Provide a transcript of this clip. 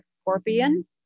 scorpion